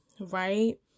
right